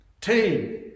team